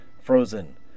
Frozen